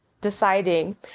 deciding